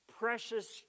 Precious